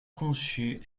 conçu